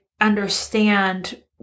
understand